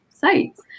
sites